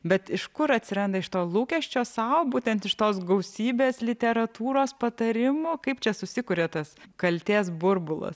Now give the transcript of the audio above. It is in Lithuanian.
bet iš kur atsiranda iš to lūkesčio sau būtent iš tos gausybės literatūros patarimų kaip čia susikuria tas kaltės burbulas